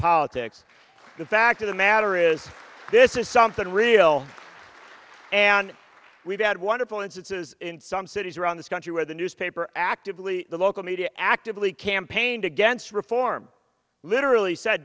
politics the fact of the matter is this is something real and we've had wonderful instances in some cities around this country where the newspaper actively the local media actively campaigned against reform literally said